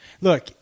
Look